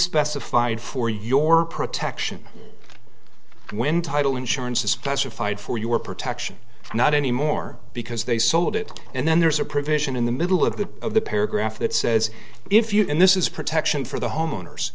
specified for your protection when title insurance a specified for your protection not anymore because they sold it and then there's a provision in the middle of the of the paragraph that says if you and this is protection for the homeowners